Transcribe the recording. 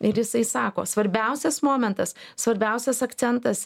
ir jisai sako svarbiausias momentas svarbiausias akcentas